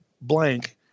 blank